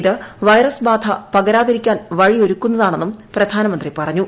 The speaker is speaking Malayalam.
ഇത് വൈറസ് ബാധ പകരാ്തിരിക്കാൻ വഴിയൊരുക്കുന്നതാള്ളെന്നും പ്രധാനമന്ത്രി പറഞ്ഞു